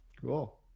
cool